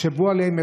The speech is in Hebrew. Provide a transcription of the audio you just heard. תחשבו עליהם.